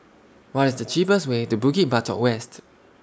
What IS The cheapest Way to Bukit Batok West